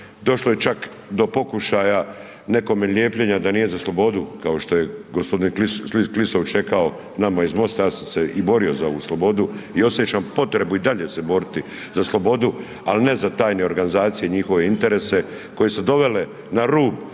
došlo je čak do pokušaja nekome lijepljenja da nije za slobodu kao što je g. Klisović rekao nama iz MOST-a, ja sam se i borio za ovu slobodu i osjećam potrebu i dalje se boriti za slobodu ali ne za tajne organizacije i njihove interese koje su dovele na rub